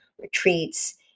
retreats